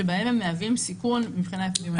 בהם הם מהווים סיכון מבחינה אפידמיולוגית.